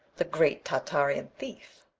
the great tartarian thief!